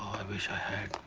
i wish i had.